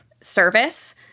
service